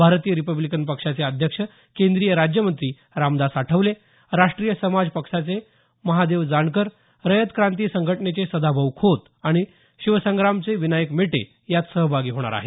भारतीय रिपब्लिकन पक्षाचे अध्यक्ष केंद्रीय राज्यमंत्री रामदास आठवले राष्ट्रीय समाज पक्षाचे महादेव जानकर रयत क्रांती संघटनेचे सदाभाऊ खोत आणि शिवसंग्रामचे विनायक मेटे यात सहभागी होणार आहेत